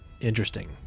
interesting